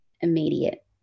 immediate